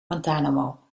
guantanamo